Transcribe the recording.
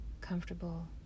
comfortable